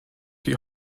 die